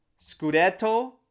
Scudetto